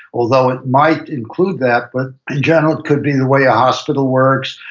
although it might include that, but in general, it could be the way a hospital works.